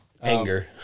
Anger